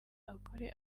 akore